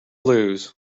lose